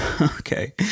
Okay